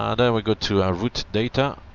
and we go to ah route data,